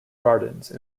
gardens